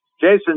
Jason